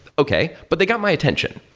okay. but they got my attention.